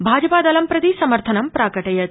भाजपादलं प्रति समर्थनं प्राकटयत्